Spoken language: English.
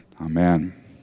Amen